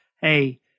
hey